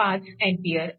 5A असेल